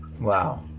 Wow